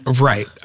Right